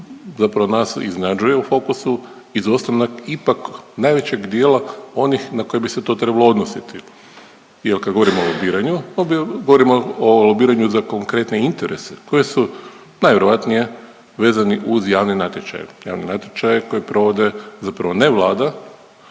zapravo nas iznenađuje u fokusu izostanak ipak najvećeg dijela onih na koje bi se to trebalo odnositi, jer kad govorimo o lobiranju, govorimo o lobiranju za konkretne interese koji su najvjerojatnije vezani uz javni natječaj kojeg provode zapravo ne Vlada,